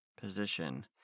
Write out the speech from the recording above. position